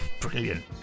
brilliant